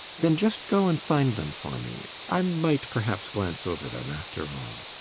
then just go and find them for me. i might perhaps glance over them, after all.